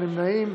נמנעים,